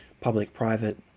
public-private